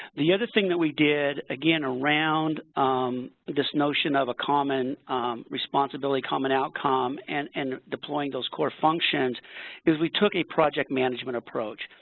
the other thing that we did again around this notion of a common responsibility, common outcome, and and deploying those core functions is, we took a project management approach.